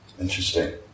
Interesting